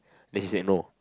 then she said no